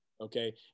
Okay